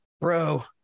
bro